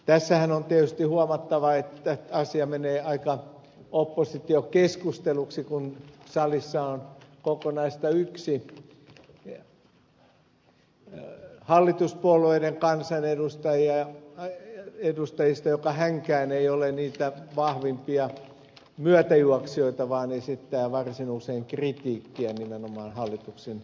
tässähän on tietysti huomattava että asia menee aika oppositiokeskusteluksi kun salissa on kokonaista yksi hallituspuolueiden kansanedustajista joka hänkään ei ole niitä vahvimpia myötäjuoksijoita vaan esittää varsin usein kritiikkiä nimenomaan hallituksen menolle